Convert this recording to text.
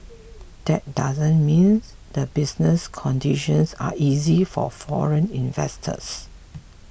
that doesn't means the business conditions are easy for foreign investors